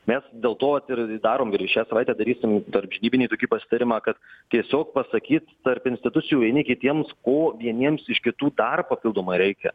mes dėl to ir darom ir šią savaitę darysim tarnybinį tokį pasitarimą kad tiesiog pasakyt tarp institucijų vieni kitiems ko vieniems iš kitų dar pildomai reikia